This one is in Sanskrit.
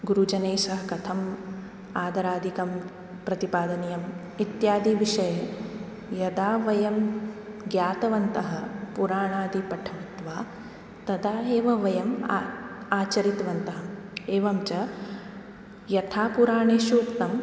गुरुजनैः सह कथम् आदरादिकं प्रतिपादनीयम् इत्यादि विषये यदा वयं ज्ञातवन्तः पुराणादि पठित्वा तदा एव वयम् आ आचरितवन्तः एवञ्च यथा पुराणेषु उक्तं